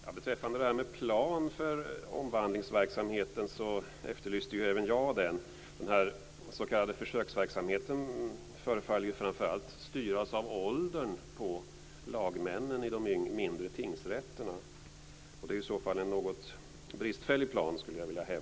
Fru talman! Även jag efterlyste en plan för omvandlingsverksamheten. Den s.k. försöksverksamheten förefaller framför allt styras av åldern på lagmännen i de mindre tingsrätterna. Jag skulle vilja hävda att det i så fall är en något bristfällig plan.